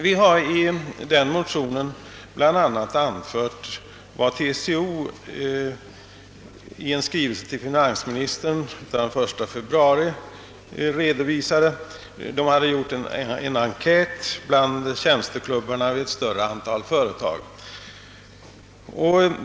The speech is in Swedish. Vi har i motionen bl.a. anfört vad TCO i en skrivelse till finansministern den 1 februari 1966 redovisat. TCO har gjort en enkät bland tjänsteklubbarna vid ett större antal företag.